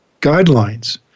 guidelines